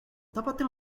tápate